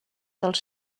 dels